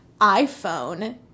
iphone